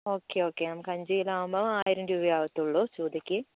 okay okay നമുക്ക് അഞ്ച് kilo ആകുമ്പോൾ ആറായിരം രൂപ അവത്തോള്ളു ചൂതക്ക്